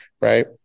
right